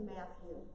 Matthew